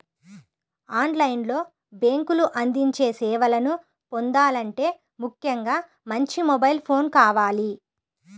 on line లో బ్యేంకులు అందించే సేవలను పొందాలంటే ముఖ్యంగా మంచి మొబైల్ ఫోన్ కావాలి